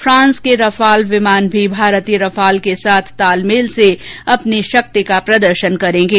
France के Rafale विमान भी भारतीय रफाल के साथ तालमेल से अपनी शक्ति का प्रदर्शन करेंगे